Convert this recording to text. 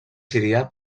sirià